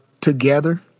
together